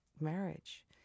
marriage